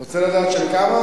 אתה רוצה לדעת של כמה?